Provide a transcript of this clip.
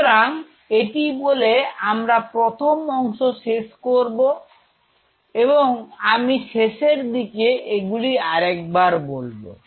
সুতরাং এটি বলেই আমরা প্রথম অংশের শেষ করব এবং আমি শেষের দিকে এগুলি আরেকবার বলবো